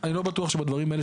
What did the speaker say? אני לא בטוח שבדברים האלה,